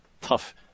tough